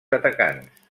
atacants